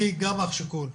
אני גם אח שכול,